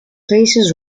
places